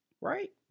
right